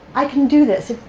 i can do this.